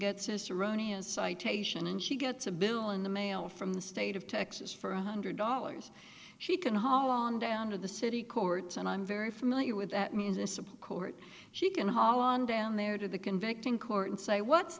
cicerone his citation and she gets a bill in the mail from the state of texas for one hundred dollars she can haul on down to the city courts and i'm very familiar with that means a supreme court she can haul on down there to the convecting court and say what's